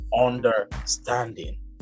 understanding